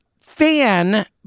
fan